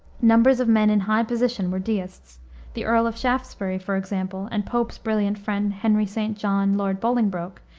numbers of men in high position were deists the earl of shaftesbury, for example, and pope's brilliant friend, henry st. john, lord bolingbroke,